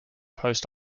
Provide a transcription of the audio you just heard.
post